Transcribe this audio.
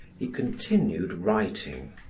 he continued writing.